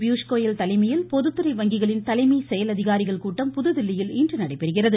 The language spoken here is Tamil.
பியூஷ்கோயல் தலைமையில் பொதுத்துறை வங்கிகளின் தலைமை செயல் அதிகாரிகள் கூட்டம் புதுதில்லியில் இன்று நடைபெறுகிறது